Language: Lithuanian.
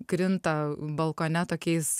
krinta balkone tokiais